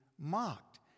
Mocked